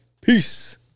Peace